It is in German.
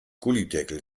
gullydeckel